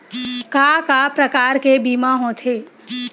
का का प्रकार के बीमा होथे?